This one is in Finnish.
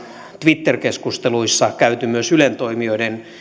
twitter keskusteluissa käyty myös ylen toimijoiden